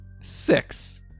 six